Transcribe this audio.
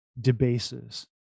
debases